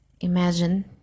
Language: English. Imagine